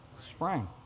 Spring